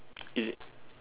is it